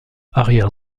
arrière